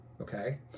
okay